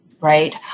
right